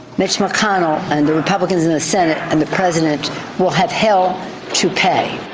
mitch mcconnell and the republicans in the senate and the president will have hell to pay